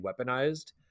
weaponized